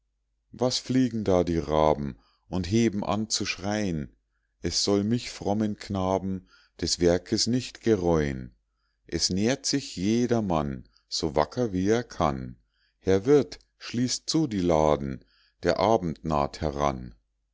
was fliegen da die raben und heben an zu schrei'n es soll mich frommen knaben des werkes nicht gereu'n es nährt sich jeder mann so wacker wie er kann herr wirt schließt zu die laden der abend naht heran